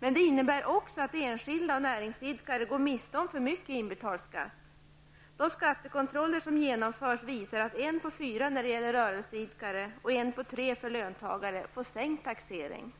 Men det innebär också att enskilda och näringsidkare går miste om för mycket inbetald skatt. De skattekontroller som genomförs visar att en av fyra rörelseidkare och en av tre löntagare får sänkt taxering.